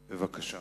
בבקשה.